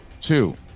Two